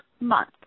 month